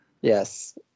Yes